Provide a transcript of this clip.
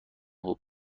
خوب